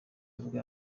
ubwa